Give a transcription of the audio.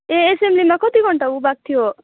ए एसेम्बलीमा कति घन्टा उभ्याएको थियो